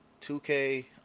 2K